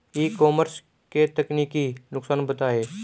ई commerce के तकनीकी नुकसान बताएं?